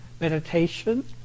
meditation